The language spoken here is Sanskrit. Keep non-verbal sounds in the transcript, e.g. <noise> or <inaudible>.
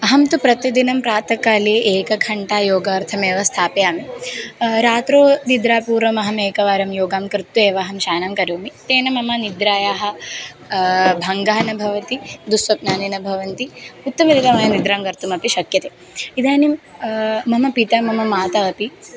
अहं तु प्रतिदिनं प्रातःकाले एकघण्टां योगार्थमेव स्थापयामि रात्रौ निद्रा पूर्वम् अहम् एकवारं योगं कृत्वा एव अहं शयनं करोमि तेन मम निद्रायाः भङ्गः न भवति दुस्वप्नः अनेन भवन्ति उत्तम <unintelligible> मया निद्रां कर्तुमपि शक्यते इदानीं मम पिता मम माता अपि